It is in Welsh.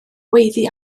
gweiddi